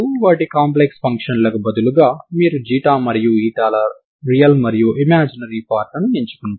వాటి కాంప్లెక్స్ ఫంక్షన్లకు బదులుగా మీరు మరియు ల రియల్ మరియు ఇమాజినరి పార్ట్ లను ఎంచుకుంటారు